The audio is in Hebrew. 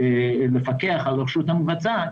כמובן עליה לפקח על הרשות המבצעת,